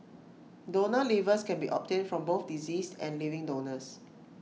donor livers can be obtained from both deceased and living donors